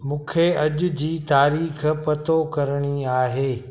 मूंखे अॼु जी तारीख़ पतो करणी आहे